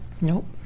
nope